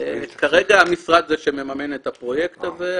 כרגע המשרד הוא שממן את הפרויקט הזה.